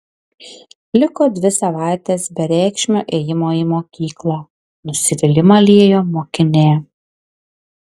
liko dvi savaitės bereikšmio ėjimo į mokyklą nusivylimą liejo mokinė